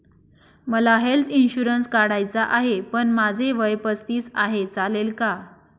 मला health insurance काढायचा आहे पण माझे वय पस्तीस आहे, चालेल का?